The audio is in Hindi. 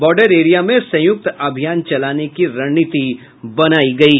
बॉर्डर एरिया में संयुक्त अभियान चलाने की रणनीति भी बनाई गई है